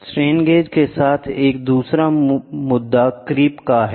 strain gauge के साथ एक दूसरा मुद्दा क्रीप है